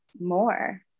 more